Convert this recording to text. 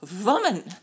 woman